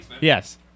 Yes